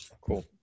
Cool